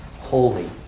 holy